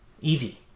Easy